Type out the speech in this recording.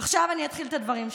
עכשיו אני אתחיל את הדברים שלי.